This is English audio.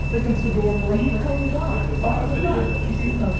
they can still go over rough terrain, like the bottom video that you see,